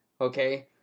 okay